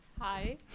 hi